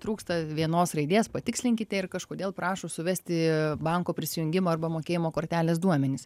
trūksta vienos raidės patikslinkite ir kažkodėl prašo suvesti banko prisijungimo arba mokėjimo kortelės duomenis